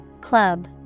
Club